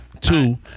Two